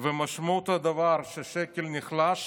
ומשמעות הדבר שהשקל נחלש